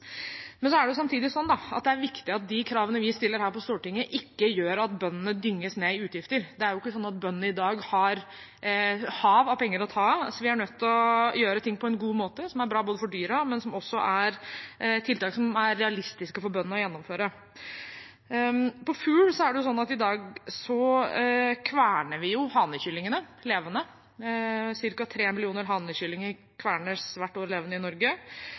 er det sånn at det er viktig at de kravene vi stiller her på Stortinget, ikke gjør at bøndene dynges ned i utgifter. Det er jo ikke sånn at bøndene i dag har et hav av penger å ta av, så vi er nødt til å gjøre ting på en god måte som er bra for dyra, men som også er tiltak som er realistiske for bøndene å gjennomføre. Når det gjelder fugl, er det sånn at vi i dag kverner hanekyllingene levende; ca. 3 millioner hanekyllinger kvernes levende hvert år i Norge.